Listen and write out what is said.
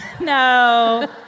No